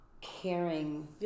caring